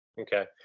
okay